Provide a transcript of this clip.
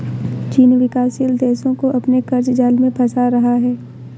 चीन विकासशील देशो को अपने क़र्ज़ जाल में फंसा रहा है